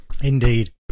indeed